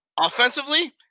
offensively